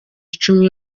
icumi